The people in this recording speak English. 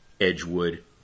Edgewood